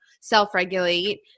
self-regulate